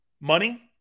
Money